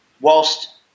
whilst